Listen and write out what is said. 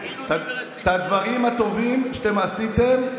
בדברים הטובים שעשיתם,